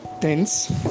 tense